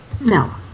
no